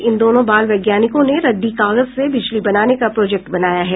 इन दोनों बाल वैज्ञानिकों ने रद्दी कागज से बिजली बनाने का प्रोजेक्ट बनाया है